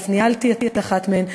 ואף ניהלתי את הישיבה באחת מהן,